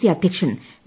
C അദ്ധ്യക്ഷൻ V